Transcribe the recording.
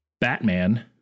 Batman